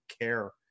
care